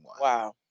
Wow